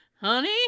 Honey